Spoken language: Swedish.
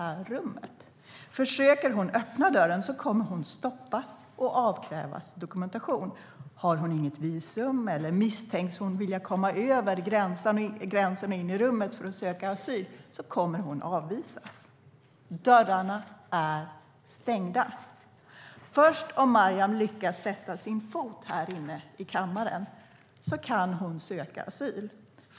Om hon försöker öppna dörren kommer hon att stoppas och avkrävas dokumentation. Om hon inte har något visum eller om hon misstänks vilja komma över gränsen och in i rummet för att söka asyl kommer hon att avvisas. Dörrarna är stängda. Först om Mariam lyckas sätta sin fot här inne i kammaren kan hon söka asyl.